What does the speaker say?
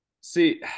See